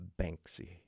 Banksy